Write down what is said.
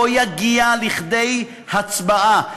לא יגיע לכדי הצבעה.